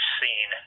seen